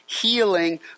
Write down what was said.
healing